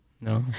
no